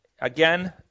again